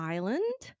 Island